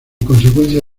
consecuencia